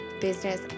business